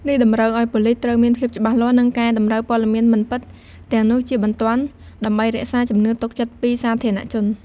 នេះតម្រូវឱ្យប៉ូលិសត្រូវ មានភាពច្បាស់លាស់ និងកែតម្រូវព័ត៌មានមិនពិត ទាំងនោះជាបន្ទាន់ ដើម្បីរក្សាជំនឿទុកចិត្តពីសាធារណជន។